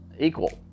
Equal